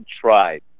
tried